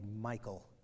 Michael